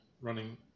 running